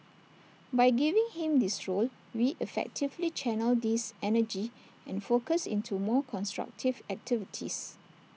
by giving him this role we effectively channelled diss energy and focus into more constructive activities